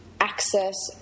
access